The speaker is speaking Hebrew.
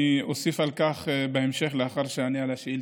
אני אוסיף על כך בהמשך, לאחר שאענה על השאילתה.